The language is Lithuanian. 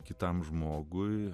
kitam žmogui